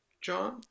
John